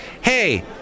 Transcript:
Hey